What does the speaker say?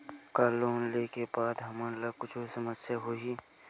का लोन ले के बाद हमन ला कुछु समस्या होही?